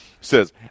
Says